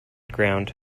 ground